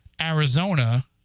Arizona